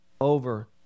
over